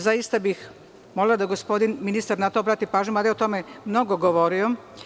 Zaista bih molila da gospodin ministar na to obrati pažnju, mada je o tome mnogo govorio.